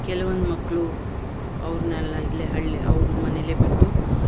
ಕೆಲವೊಂದು ಮಕ್ಕಳು ಅವರನೆಲ್ಲ ಇಲ್ಲೆ ಹಳ್ಳಿ ಅವರ ಮನೆಯಲ್ಲೇ ಬಿಟ್ಟು